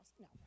No